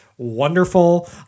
wonderful